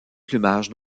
plumage